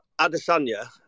Adesanya